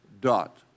dot